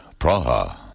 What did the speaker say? Praha